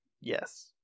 Yes